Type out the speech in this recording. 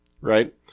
right